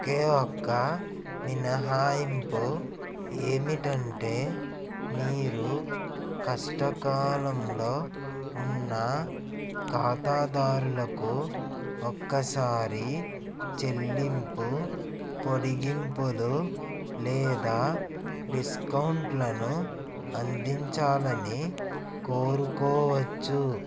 ఒకే ఒక్క మినహాయింపు ఏమిటంటే మీరు కష్ట కాలంలో ఉన్న ఖాతదారులకు ఒక్కసారి చెల్లింపు పొడిగింపులు లేదా డిస్కౌంట్లను అందించాలని కోరుకోవచ్చు